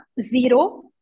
zero